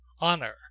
honor